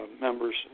members